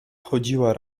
chodziła